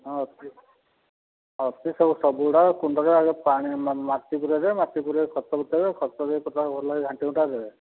ହଁ ଅଛି ଅଛି ସବୁ ସବୁଗୁଡା କୁଣ୍ଡରେ ଆଗ ପାଣି ମାଟି ପୁରେଇବେ ମାଟି ପୁରେଇ ଖତ ଉଠେଇବେ ଖତ ବି ସେଟା ଭଲକି ଘାଣ୍ଟି ଘୁଣ୍ଟା ଦେବେ